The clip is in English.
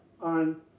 on